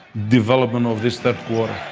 development of this third quarter.